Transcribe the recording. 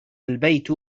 البيت